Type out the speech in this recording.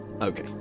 Okay